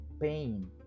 pain